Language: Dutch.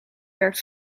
werkt